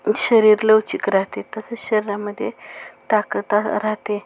शरीर लवचिक राहते तसेच शरीरामध्ये ताकद राहते